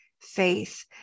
faith